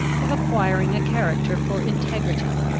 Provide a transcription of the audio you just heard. of acquiring a character for integrity,